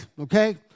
okay